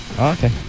Okay